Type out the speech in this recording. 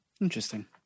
Interesting